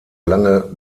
lange